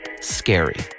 scary